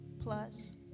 plus